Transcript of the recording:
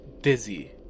dizzy